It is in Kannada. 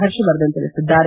ಪರ್ಷವರ್ಧನ್ ತಿಳಿಸಿದ್ದಾರೆ